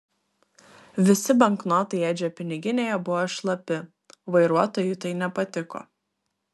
visi banknotai edžio piniginėje buvo šlapi vairuotojui tai nepatiko